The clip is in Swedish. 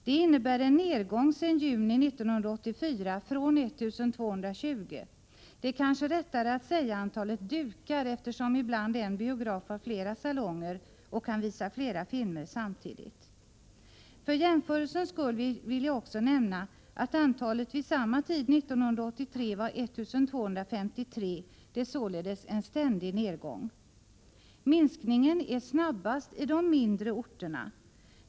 Det innebär en nedgång sedan juni 1984 från 1 220. Det är kanske rättare att tala om antalet ”dukar”, eftersom en biograf ibland har flera salonger och kan visa flera filmer samtidigt. För jämförelsens skull vill jag också nämna att antalet vid samma tid 1983 var 1 253. Det är således en ständig nedgång. Minskningen är snabbast i de mindre orterna.